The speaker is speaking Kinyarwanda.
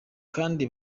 kandi